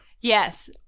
Yes